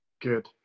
Good